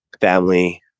family